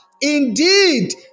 Indeed